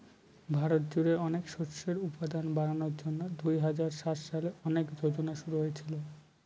ভারত জুড়ে অনেক শস্যের উৎপাদন বাড়ানোর জন্যে দুই হাজার সাত সালে এই যোজনা শুরু হয়েছিল